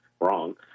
wrong